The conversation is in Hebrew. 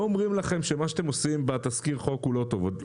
לא אומרים לכם שבמה שאתם עושים בתזכיר חוק הוא לא טוב.